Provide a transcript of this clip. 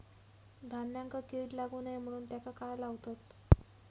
धान्यांका कीड लागू नये म्हणून त्याका काय लावतत?